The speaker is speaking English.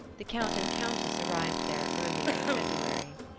the count and countess arrived there early in february.